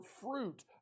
fruit